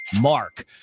mark